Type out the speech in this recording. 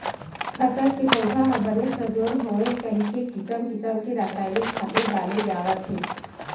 फसल के पउधा ह बने सजोर होवय कहिके किसम किसम के रसायनिक खातू डाले जावत हे